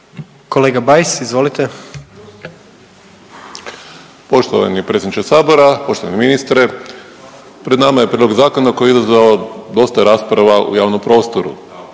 (Damir Bajs NL)** Poštovani predsjedniče sabora, poštovani ministre. Pred nama je prijedlog zakona koji je izazvao dosta rasprava u javnom prostoru,